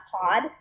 pod